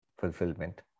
fulfillment